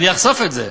אני אחשוף את זה.